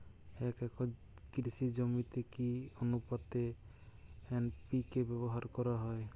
এক একর কৃষি জমিতে কি আনুপাতে এন.পি.কে ব্যবহার করা হয়?